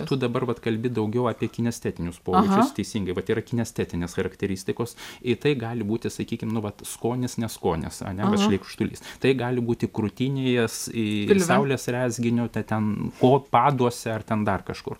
tu dabar vat kalbi daugiau apie estetinius pojūčius teisingai vat yra kinestetinės charakteristikos į tai gali būti sakykim nu vat skonis neskonis ane vat šleikštulys tai gali būti krūtinės saulės rezginio ten ot paduose ar ten dar kažkur